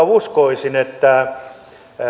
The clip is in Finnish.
uskoisin että